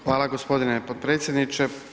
Hvala g. potpredsjedniče.